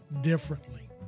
differently